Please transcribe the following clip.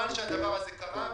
אתם אומרים שלא והוא אומר שכן.